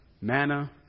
manna